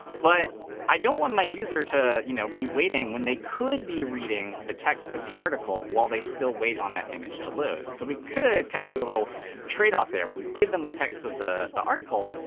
but i don't want my user to you know be waiting when they could be reading the text of the article while they still wait on that image to load. so we could kind of do a little tradeoff there, where we give them the text of the the article,